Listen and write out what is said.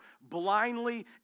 blindly